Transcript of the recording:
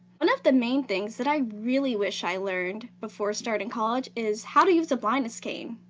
one of the main things that i really wish i learned before starting college is how to use a blindness cane.